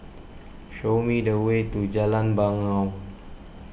show me the way to Jalan Bangau